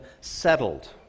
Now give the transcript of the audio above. settled